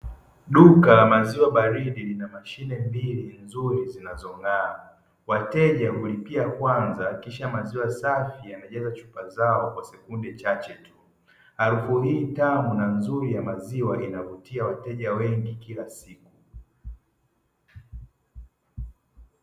Duka la maziwa baridi lina mashine mbili nzuri zinazong'aa. Wateja hulipia kwanza kisha maziwa safi yanajaza chupa zao kwa sekunde chache tu. Harufu hii tamu na nzuri ya maziwa inavutia wateja wengi kila siku.